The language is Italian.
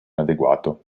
adeguato